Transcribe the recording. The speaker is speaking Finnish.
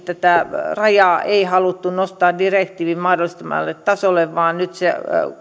tässäkään tätä rajaa ei haluttu nostaa direktiivin mahdollistamalle tasolle vaan nyt se